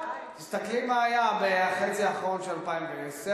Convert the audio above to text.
תסתכלי מה היה בחצי האחרון של 2010,